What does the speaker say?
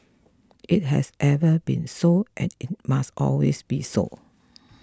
it has ever been so and it must always be so